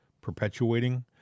perpetuating